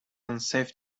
unsafe